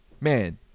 man